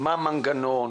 מה המנגנון,